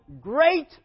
great